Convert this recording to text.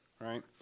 right